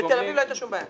בתל אביב לא הייתה שום בעיה.